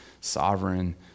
sovereign